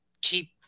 keep